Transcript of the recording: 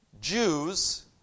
Jews